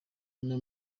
ino